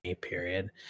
period